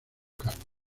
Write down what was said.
cargos